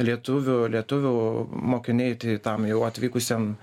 lietuvių lietuvių mokiniai tai tam jau atvykusiam